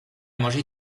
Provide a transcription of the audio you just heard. manger